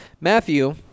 Matthew